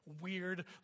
weird